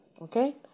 okay